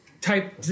type